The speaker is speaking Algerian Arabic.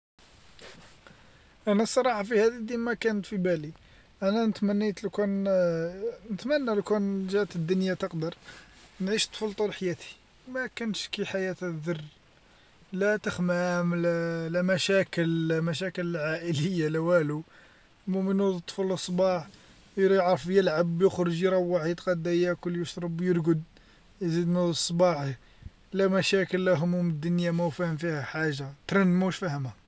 انا الصراحة في هاذي ديما كانت في بالي، أنا تمنيت لو كان نتمنى لو كان جات الدنيا تقدر. نعيش طفول طول حياتي، ما كنش كي حياة الذر، لا تخمام لا مشاكل لا مشاكل عائلية لا والو، المهم ينوض الطفل الصباح يرع يلعب يخرج يروح يتغدا ياكل يشرب يرقد يزيد ينوض صباح لا مشاكل لا هموم الدنيا مو فاهم فيها حاجة ترن موش فاهمها.